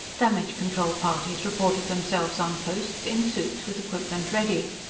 damage-control parties reported themselves on post, in suits, with equipment ready.